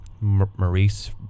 Maurice